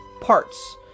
parts